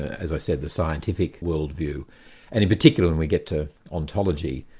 as i said, the scientific world view, and in particular when we get to ontology,